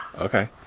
Okay